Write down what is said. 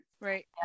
right